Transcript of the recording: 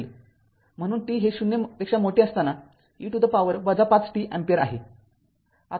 २ असेल म्हणून हे t 0 साठी e to the power ५ t ampere आहे